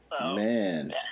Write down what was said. man